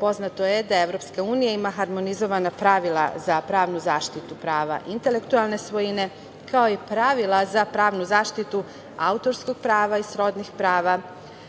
Poznato je da EU ima harmonizovana pravila za pravnu zaštitu prava intelektualne svojine, kao i pravila za pravnu zaštitu autorskog prava i srodnih